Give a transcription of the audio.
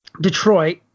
Detroit